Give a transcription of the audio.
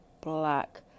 black